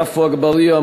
עפו אגבאריה,